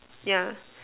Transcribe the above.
yeah